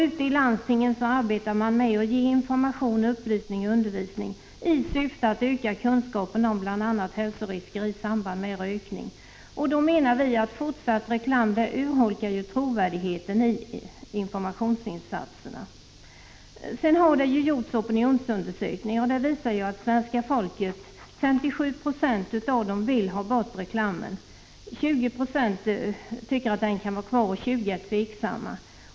Ute i landstingen arbetar man med att ge information, upplysning och undervisning i syfte att öka kunskaperna om bl.a. hälsorisker i samband med rökning. Då menar vi att fortsatt reklam urholkar trovärdigheten i informationsinsatserna. Det har gjorts opinionsundersökningar som visar att 57 Jo av svenska folket vill ha bort reklamen, att 20 90 tycker att den kan få vara kvar och att 20 Jo är tveksamma.